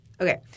okay